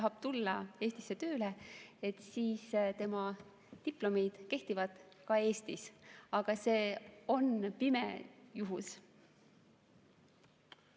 –, tahab tulla Eestisse tööle, siis tema diplomid kehtivad ka Eestis. Aga see on pime juhus.